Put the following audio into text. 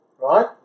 Right